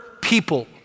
people